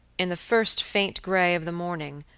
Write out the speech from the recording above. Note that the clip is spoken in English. in the first faint grey of the morning,